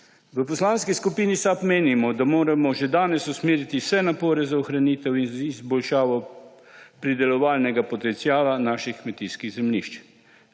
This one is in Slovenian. V Poslanski skupini SAB menimo, da moramo že danes usmeriti vse napore za ohranitev in izboljšavo pridelovalnega potenciala naših kmetijskih zemljišč.